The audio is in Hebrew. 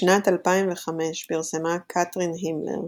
בשנת 2005 פרסמה קטרין הימלר,,